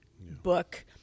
book